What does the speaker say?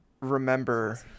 remember